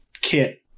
kit